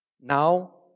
Now